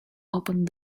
opened